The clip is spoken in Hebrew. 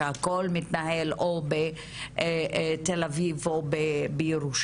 שהכול מתנהל או בתל אביב או בירושלים,